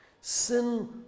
Sin